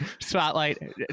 spotlight